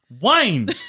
Wayne